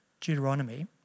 Deuteronomy